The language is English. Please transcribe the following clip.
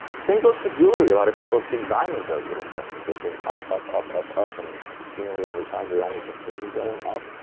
same goes for jewelry. a lot of people think diamonds are a good investment. they've been up, up, up, up, up, and seemingly overtime, they only continue going up.